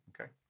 okay